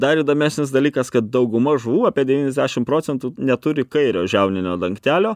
dar įdomesnis dalykas kad dauguma žuvų apie devyniasdešim procentų neturi kairio žiauninio dangtelio